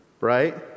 right